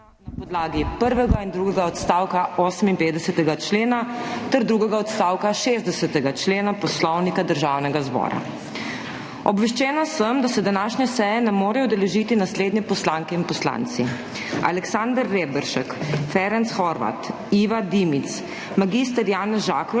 na podlagi prvega in drugega odstavka 58. člena ter drugega odstavka 60. člena Poslovnika Državnega zbora. Obveščena sem, da se današnje seje ne morejo udeležiti naslednji poslanke in poslanci: Aleksander Reberšek, Ferenc Horváth, Iva Dimic, mag. Janez Žakelj